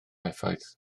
effaith